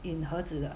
in 盒子的